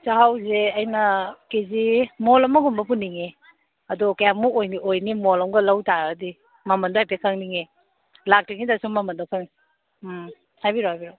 ꯆꯥꯛꯎꯁꯦ ꯑꯩꯅ ꯀꯦꯖꯤ ꯃꯣꯜ ꯑꯃꯒꯨꯝꯕ ꯄꯨꯅꯤꯡꯉꯤ ꯑꯗꯨ ꯀꯌꯥꯃꯨꯛ ꯑꯣꯏꯅꯤ ꯃꯣꯜ ꯑꯝꯒ ꯂꯧꯇꯥꯔꯗꯤ ꯃꯃꯟꯗꯣ ꯍꯥꯏꯐꯦꯠ ꯈꯪꯅꯤꯡꯉꯤ ꯂꯥꯛꯇ꯭ꯔꯤꯉꯩꯗ ꯁꯨꯝ ꯃꯃꯟꯗꯣ ꯑꯩꯈꯣꯏꯅ ꯍꯥꯏꯕꯤꯔꯛꯑꯣ ꯍꯥꯏꯕꯤꯔꯛꯑꯣ